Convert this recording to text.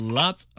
lots